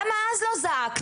למה אז לא זעקתם?